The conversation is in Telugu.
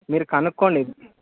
మీరు కనుక్కోండి